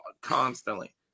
constantly